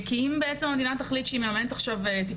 כי אם בעצם המדינה תחליט שהיא מממנת טיפולי